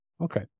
okay